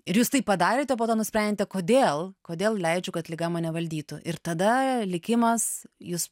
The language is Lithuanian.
ir jūs tai padarėt po to nusprendė kodėl kodėl leidžiu kad liga mane valdytų ir tada likimas jūs